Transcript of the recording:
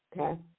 Okay